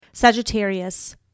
Sagittarius